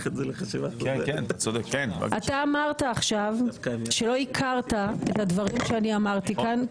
אתה אמרת עכשיו שלא הכרת את הדברים שאני אמרתי כאן,